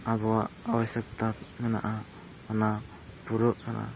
ᱟᱵᱚᱣᱟᱜᱟᱵᱚᱥᱥᱚᱠᱛᱟ ᱢᱮᱱᱟᱜᱼᱟ ᱚᱱᱟ ᱯᱩᱨᱟᱹᱜ ᱠᱟᱱᱟ